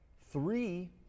three